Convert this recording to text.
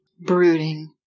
Brooding